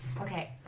Okay